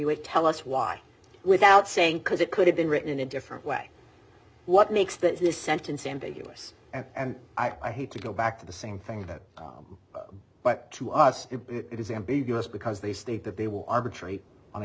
to tell us why without saying cause it could have been written in a different way what makes this sentence ambiguous and i hate to go back to the same thing that but to us it is ambiguous because they state that they will arbitrate on a